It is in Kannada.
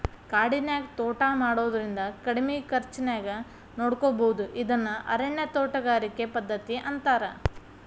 ಕಾಡಿನ್ಯಾಗ ತೋಟಾ ಮಾಡೋದ್ರಿಂದ ಕಡಿಮಿ ಖರ್ಚಾನ್ಯಾಗ ನೋಡ್ಕೋಬೋದು ಇದನ್ನ ಅರಣ್ಯ ತೋಟಗಾರಿಕೆ ಪದ್ಧತಿ ಅಂತಾರ